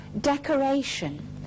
decoration